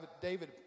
David